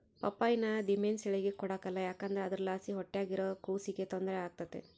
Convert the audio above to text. ಪಪ್ಪಾಯಿನ ದಿಮೆಂಸೇಳಿಗೆ ಕೊಡಕಲ್ಲ ಯಾಕಂದ್ರ ಅದುರ್ಲಾಸಿ ಹೊಟ್ಯಾಗಿರೋ ಕೂಸಿಗೆ ತೊಂದ್ರೆ ಆಗ್ತತೆ